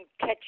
catch